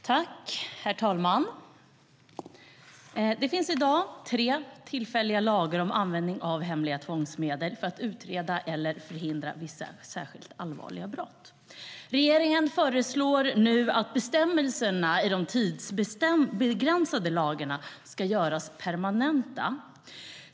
Herr talman! Det finns i dag tre tillfälliga lagar om användning av hemliga tvångsmedel för att utreda eller förhindra vissa särskilt allvarliga brott. Regeringen föreslår nu att bestämmelserna i de tidsbegränsade lagarna ska göras permanenta.